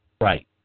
Right